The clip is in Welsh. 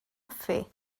hoffi